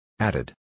Added